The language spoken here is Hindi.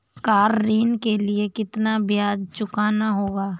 कार ऋण के लिए कितना ब्याज चुकाना होगा?